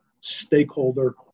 stakeholder